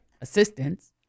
assistance